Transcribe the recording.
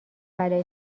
بلایی